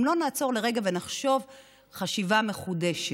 לא נעצור לרגע ונחשוב חשיבה מחודשת,